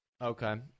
Okay